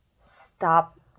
stop